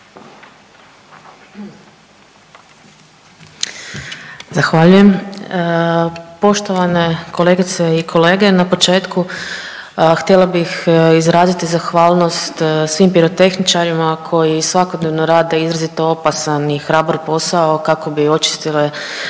Zahvaljujem. Poštovane kolegice i kolege, na početku htjela bih izraziti zahvalnost svim pirotehničarima koji svakodnevno rade izrazito opasan i hrabar posao kako bi očistili